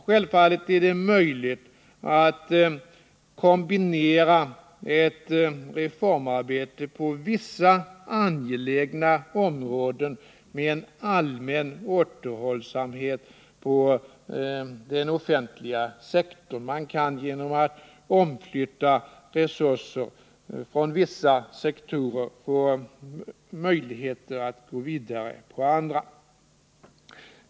Självfallet är det möjligt att kombinera ett reformarbete på vissa angelägna områden med en allmän återhållsamhet på den offentliga sektorn. Man kan genom att omflytta resurser från vissa sektorer få möjligheter att gå vidare på andra.